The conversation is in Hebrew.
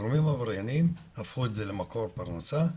גורמים עברייניים הפכו את זה למקור פרנסה,